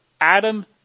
Adam